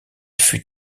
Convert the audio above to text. fut